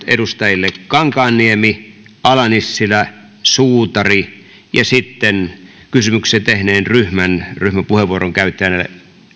edustajille kankaanniemi ala nissilä ja suutari ja sitten kysymyksen tehneen ryhmän ryhmäpuheenvuoron käyttäjälle